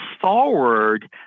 forward